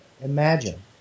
imagine